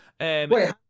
Wait